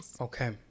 Okay